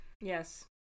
Yes